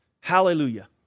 Hallelujah